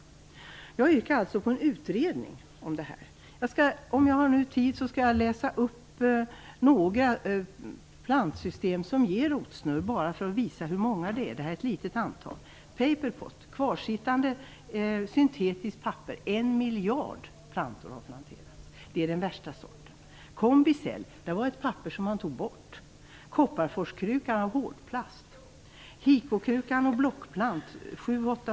Jag yrkar alltså på en utredning om det här. Om jag har tid kvar skall jag läsa upp några plantsystem som ger rotsnurr; det här är bara ett litet antal: Paperpot: kvarsittande syntetiskt papper - 1 miljard plantor har planterats. Det är den värsta sorten. plantor.